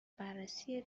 بررسی